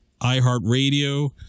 iHeartRadio